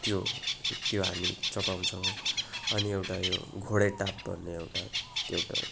त्यो त्यो हामी चबाउँछौँ अनि एउटा यो घोडे टाप भन्ने एउटा त्यो एउटा